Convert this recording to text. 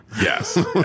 Yes